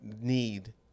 need